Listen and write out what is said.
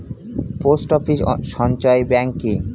Post office সঞ্চয় bank কি?